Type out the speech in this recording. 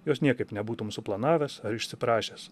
jos niekaip nebūtum suplanavęs ar išsiprašęs